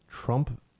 Trump